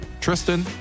Tristan